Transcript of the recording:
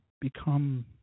become